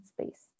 space